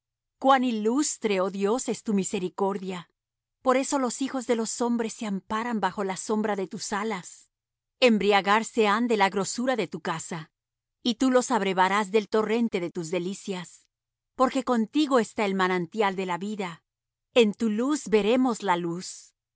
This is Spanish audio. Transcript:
cuán ilustre oh dios es tu misericordia por eso los hijos de los hombres se amparan bajo la sombra de tus alas embriagarse han de la grosura de tu casa y tú los abrevarás del torrente de tus delicias porque contigo está el manantial de la vida en tu luz veremos la luz